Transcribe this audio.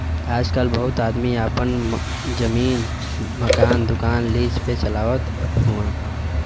आजकल बहुत आदमी आपन जमीन, मकान, दुकान लीज पे चलावत हउअन